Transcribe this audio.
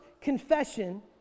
confession